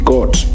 God